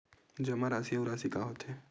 जमा राशि अउ राशि का होथे?